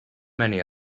many